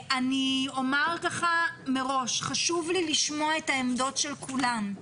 אני אומר ראש שחשוב לי לשמוע את העמדות של כולם.